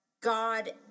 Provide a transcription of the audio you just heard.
God